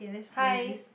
hi